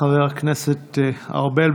חבר הכנסת ארבל,